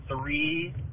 three